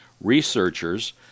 researchers